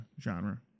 genre